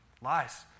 Lies